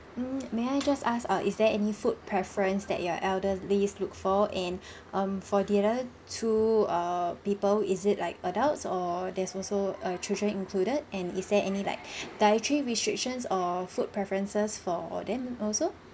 mm may I just ask uh is there any food preference that your elderly look for and um for the other two err people is it like adults or there's also err children included and is there any like dietary restrictions or food preferences for them also